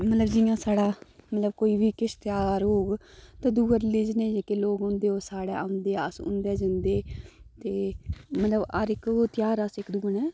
मतलव जि'यां साढ़ा मतलव कोई बी किश बी ध्यार होग ते दूऐ रलीजन दे जेह्के लोक होंदे ओह् साढ़े औंदे ते अस उं'दे जंदे